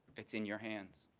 it's in your hands.